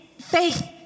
faith